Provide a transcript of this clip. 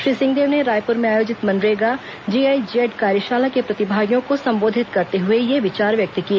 श्री सिंहदेव ने रायपुर में आयोजित मनरेगा जीआईजेड कार्यशाला के प्रतिभागियों को संबोधित करते हुए इस आशय के विचार व्यक्त किए